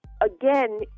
again